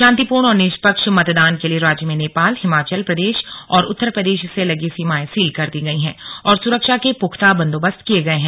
शांतिपूर्ण और निष्पक्ष मतदान के लिए राज्य में नेपाल हिमाचल प्रदेश और उत्तर प्रदेश से लगी सीमाएं सील केर दी गई हैं और सुरक्षा के पुख्ता बंदोबस्त किए गए हैं